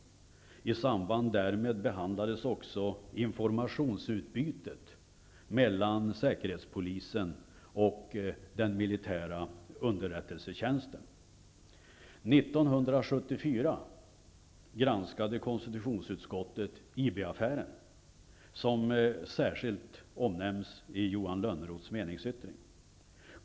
I samband därmed behandlades också informationsutbytet mellan säkerhetspolisen och den militära underrättelsetjänsten. År 1974 granskade konstitutionsutskottet IB-affären, som särskilt omnämns i Johan Lönnroths meningsyttring.